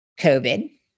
COVID